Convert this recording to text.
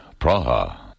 Praha